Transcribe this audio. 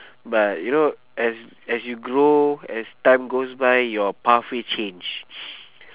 but you know as as you grow as time goes by your pathway change